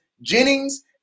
jennings